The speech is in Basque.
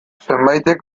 zenbaitek